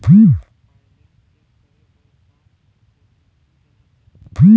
Balance check करे बर का ओ.टी.पी देना चाही?